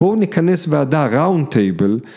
‫בואו ניכנס ועדה ראונטבל.